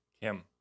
Kim